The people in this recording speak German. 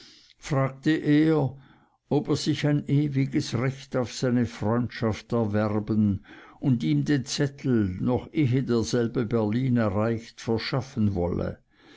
fragte er ob er sich ein ewiges recht auf seine freundschaft erwerben und ihm den zettel noch ehe derselbe berlin erreicht verschaffen wolle